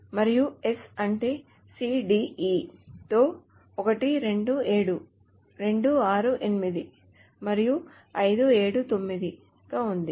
మరియు s అంటే C D E తో 1 2 7 2 6 8 మరియు 5 7 9 గా ఉంది